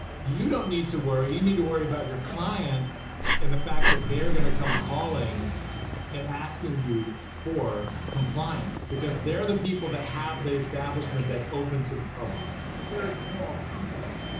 you don't need to worry, you need to worry about your client and the fact that they're going to come calling and asking you for compliance, because they're the people that have the establishment that's open to the public. but they're a small company.